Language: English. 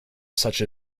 such